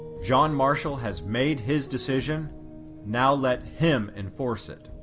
john marshall has made his decision now let him enforce it!